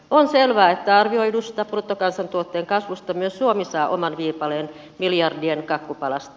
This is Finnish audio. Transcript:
on selvää että arvioidusta bruttokansantuotteen kasvusta myös suomi saa oman viipaleen miljardien kakkupalasta